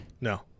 No